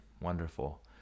Wonderful